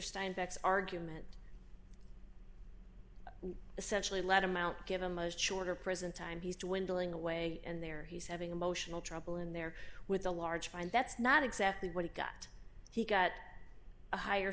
steinbeck's argument essentially let him out give him a shorter prison time he's too when dealing away and there he's having emotional trouble in there with a large find that's not exactly what he got he got a higher